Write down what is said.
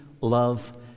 love